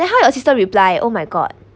then how your sister reply oh my god